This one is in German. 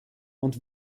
und